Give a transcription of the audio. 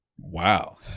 wow